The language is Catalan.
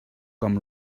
com